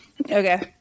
Okay